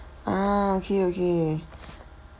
ah okay okay